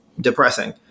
depressing